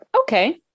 okay